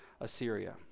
Assyria